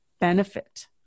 benefit